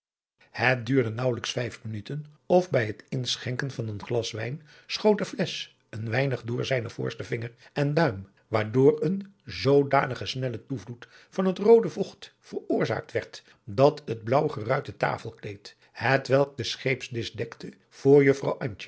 het duurde naauwelijks vijf minuten of bij het inschenken van een glas wijn schoot de flesch een weinig door zijn voorsten vinger en duim waardoor een zoodanige snelle toevloed van het roode vocht veroorzaakt werd dat het blaauw geruite tafelkleed hetwelk den scheepsdisch dekte voor juffrouw